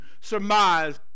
surmise